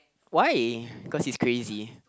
why cause he's crazy